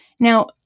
Now